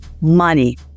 money